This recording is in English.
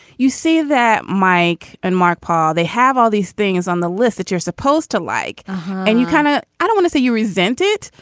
you see that mike and mark paul. they have all these things on the list that you're supposed to like and you kind of don't wanna see you resent it,